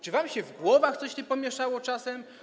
Czy wam się w głowach coś nie pomieszało czasem?